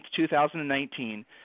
2019